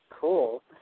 Cool